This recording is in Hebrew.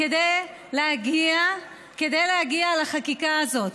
להגיע לחקיקה הזאת.